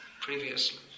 previously